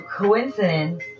coincidence